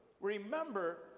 Remember